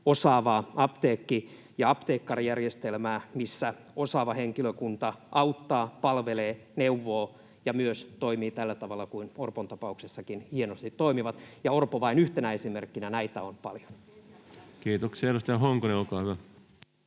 osaavaa apteekki- ja apteekkarijärjestelmää, missä osaava henkilökunta auttaa, palvelee, neuvoo ja myös toimii tällä tavalla kuin Orpon tapauksessakin hienosti toimi. Ja Orpo vain yhtenä esimerkkinä, näitä on paljon. Kiitoksia. — Edustaja Honkonen, olkaa hyvä.